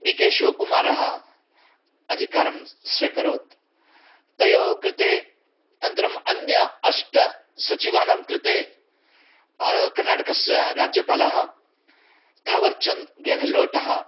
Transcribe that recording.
D K शिवकुमारः अधिकारं स्व्यकरोत् तयोः कृते अनन्तरम् अन्य अष्टसचिवानां कृते कर्णाटकस्य राज्यपालः थावर्चन्द् घेह्लोटः